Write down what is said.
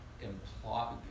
imply